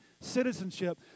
citizenship